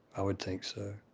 i would think so